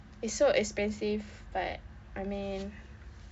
it's so expensive but I mean